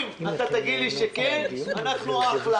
אם תגיד לי שכן אנחנו אחלה,